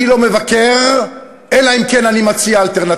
אני לא מבקר אלא אם כן אני מציע אלטרנטיבה.